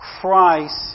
Christ